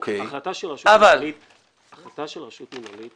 יש לגבי החלטה של רשות מינהלית